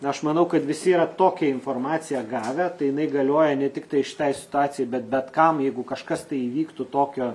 aš manau kad visi yra tokią informaciją gavę tai jinai galioja ne tiktai šitai situacijai bet bet kam jeigu kažkas tai įvyktų tokio